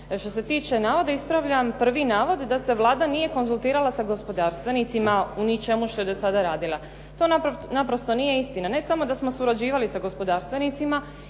Što se tiče navoda ispravljam prvi navod da se Vlada nije konzultirala sa gospodarstvenicima u ničemu što je do sada radila. To naprosto nije istina. Ne samo da su surađivali sa gospodarstvenicima,